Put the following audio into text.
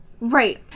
Right